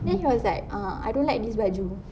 then he was like ah I don't like this baju